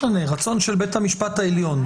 לא משנה, רצון של בית המשפט העליון.